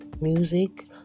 music